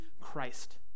Christ